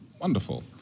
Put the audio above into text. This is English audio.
Wonderful